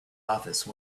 office